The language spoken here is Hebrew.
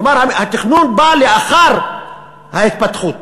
כלומר, התכנון בא לאחר ההתפתחות,